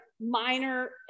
minor